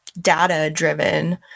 data-driven